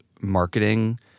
marketing